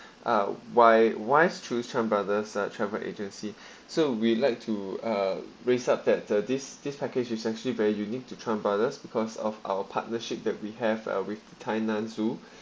ah why why's choose chan brothers uh travel agency so we'd like to uh raise up that the this this package is actually very unique to chan brothers because of our partnership that we have uh with the tainan zoo